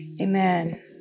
amen